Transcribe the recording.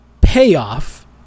payoff